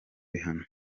bihano